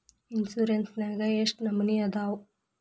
Insurance ನ್ಯಾಗ ಎಷ್ಟ್ ನಮನಿ ಅದಾವು?